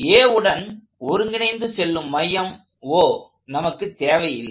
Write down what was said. Aவுடன் ஒருங்கிணைந்து செல்லும் மையம் O நமக்கு தேவையில்லை